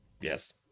Yes